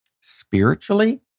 spiritually